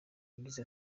yagize